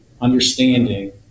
understanding